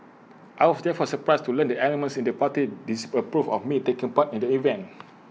I was therefore surprised to learn that elements in the party disapproved of me taking part in the event